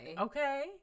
Okay